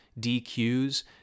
DQs